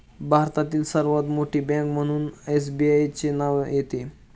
भारतातील सर्वात मोठी बँक म्हणून एसबीआयचे नाव येते